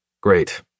great